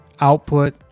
output